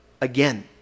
again